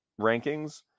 rankings